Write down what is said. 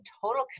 total